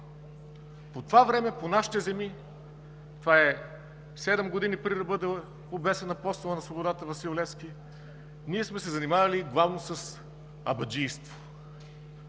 По това време по нашите земи, това е седем години преди да бъде обесен Апостолът на свободата Васил Левски, ние сме се занимавали главно с абаджийство.